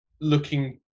looking